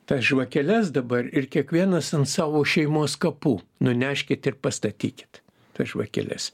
tas žvakeles dabar ir kiekvienas an savo šeimos kapų nuneškit ir pastatykit tas žvakeles